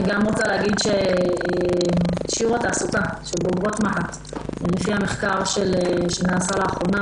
אני רוצה להגיד ששיעור התעסוקה של בוגרות מה"ט לפי המחקר שנעשה לאחרונה